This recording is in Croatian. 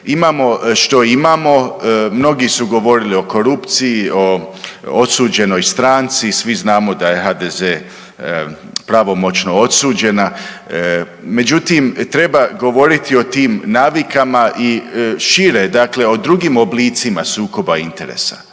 što imamo. Mnogi su govorili o korupciji, o osuđenoj stranci. Svi znamo da je HDZ pravomoćno osuđena. Međutim, treba govoriti o tim navikama i šire, dakle o drugim oblicima sukoba interesa